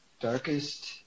darkest